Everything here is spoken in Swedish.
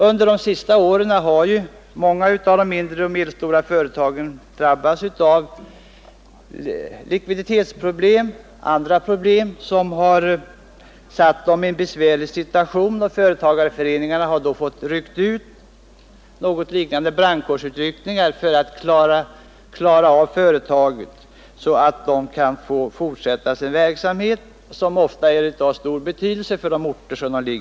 Under de senaste åren har många av de mindre och medelstora företagen drabbats av likviditetsproblem och andra problem som har försatt dem i en besvärlig situation. Företagarföreningarna har då fått göra något som liknar brandkårsutryckningar för att klara företagen, Nr42 så att de kunnat fortsätta sin verksamhet, som ofta är av stor betydelse Torsdagen den för de orter där de verkar.